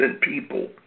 people